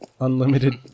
Unlimited